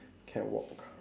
can walk